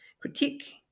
critique